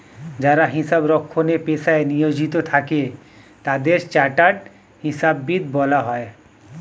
যারা হিসাব রক্ষণের পেশায় নিয়োজিত থাকে তাদের চার্টার্ড হিসাববিদ বলা হয়